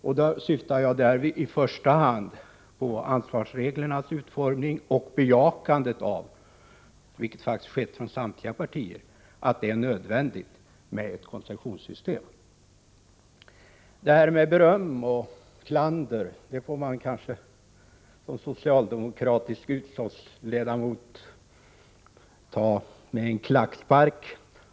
Jag syftar därvid i första hand på ansvarsreglernas utformning och bejakandet av — vilket faktiskt skett från samtliga partier — att det är nödvändigt med ett koncessionssystem. Som socialdemokratisk utskottsledamot får man väl kanske ta det här med beröm och klander med en klackspark.